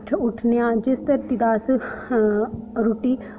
उट्ठने आं जिस धरती दा अस रुट्टी